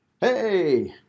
hey